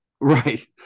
Right